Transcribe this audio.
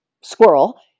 squirrel